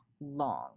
long